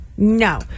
No